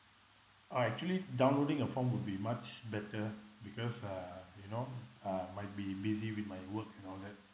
uh actually downloading a form would be much better because uh you know uh might be busy with my work and all that